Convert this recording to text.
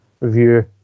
review